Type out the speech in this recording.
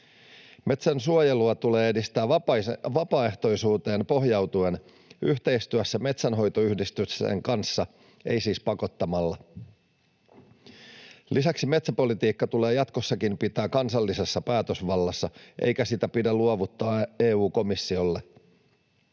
Metsänsuojelua tulee edistää vapaaehtoisuuteen pohjautuen, yhteistyössä metsänhoitoyhdistysten kanssa, ei siis pakottamalla. Lisäksi metsäpolitiikka tulee jatkossakin pitää kansallisessa päätösvallassa, eikä sitä pidä luovuttaa EU-komissiolle.